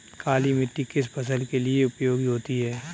काली मिट्टी किस फसल के लिए उपयोगी होती है?